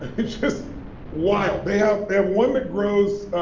it's just wild. they have they have one that grows,